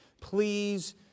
Please